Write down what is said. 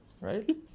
Right